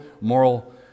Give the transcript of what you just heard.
moral